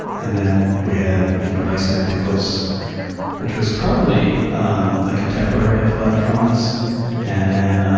and then we had bison antiquus which was probably um a contemporary of latifrons and then